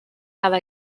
cada